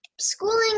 Schooling